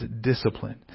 discipline